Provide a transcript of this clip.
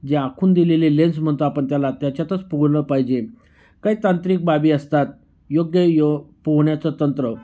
जे आखून दिलेले लेन्स म्हणतो आपण त्याला त्याच्यातच पोहलं पाहिजे काही तांत्रिक बाबी असतात योग्ययो पोहण्याचं तंत्र